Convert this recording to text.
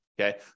Okay